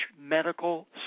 Medical